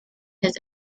his